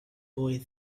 boy